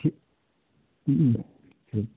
ठीक ह्म्म ठीक